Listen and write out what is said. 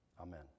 Amen